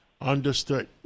Understood